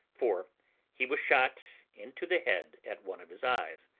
for he was shot into the head at one of his eyes.